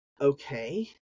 Okay